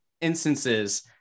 instances